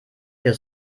für